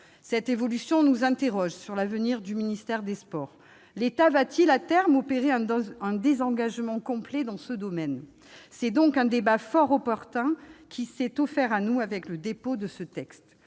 nous conduit à nous interroger sur l'avenir du ministère des sports. L'État va-t-il à terme opérer un désengagement complet dans ce domaine ? C'est donc un débat fort opportun qui s'est offert à nous avec le dépôt de ce texte,